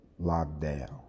lockdown